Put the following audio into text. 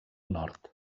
nord